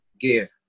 gear